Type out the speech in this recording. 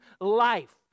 life